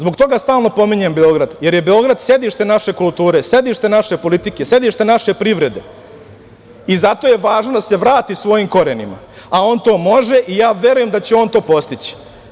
Zbog toga stalno pominjem Beograd, jer je Beograd sedište naše kulture, sedište naše politike, sedište naše privrede, i zato je važno da se vrati svojim korenima, a on to može i ja verujem da će on to postići.